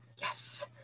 Yes